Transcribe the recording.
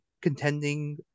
contending